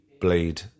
bleed